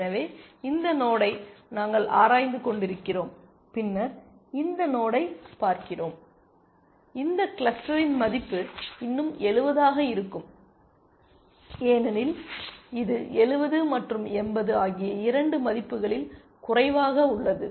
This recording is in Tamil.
எனவே இந்த நோடை நாங்கள் ஆராய்ந்து கொண்டிருக்கிறோம் பின்னர் இந்த நோடை பார்க்கிறோம் இந்த கிளஸ்டரின் மதிப்பு இன்னும் 70 ஆக இருக்கும் ஏனெனில் இது 70 மற்றும் 80 ஆகிய இரண்டு மதிப்புகளில் குறைவாக உள்ளது